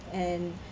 and